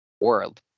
world